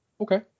Okay